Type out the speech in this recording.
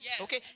Okay